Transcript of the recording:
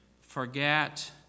forget